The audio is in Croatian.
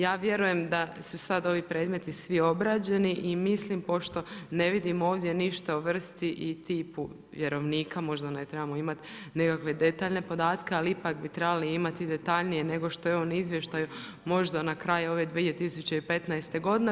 Ja vjerujem da su sad ovi predmeti svi obrađeni i mislim pošto ne vidim ovdje ništa o vrsti i tipu vjerovniku, možda ne trebamo imati, nekakve detaljne podatke, ali ipak bi trebali imati detaljnije nego što je u ovom izvještaju, možda na kraju ove 2015. godine.